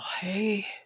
Hey